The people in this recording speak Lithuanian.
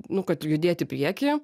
nu kad ir judėt į prieky